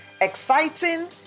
exciting